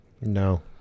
No